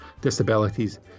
disabilities